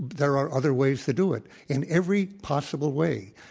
there are other ways to do it in every possible way.